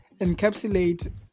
encapsulate